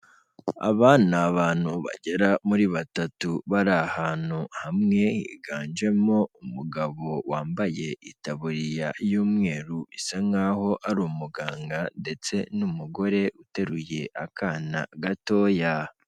Aba ni abantu bagera muri batatu bari ahantu hamwe, higanjemo umugabo wambaye itaburiya y'umweru isa nkaho ari umuganga, ndetse n'umugore uteruye akana gatoya.